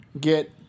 get